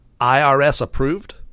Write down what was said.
IRS-approved